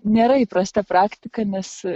nėra įprasta praktika nes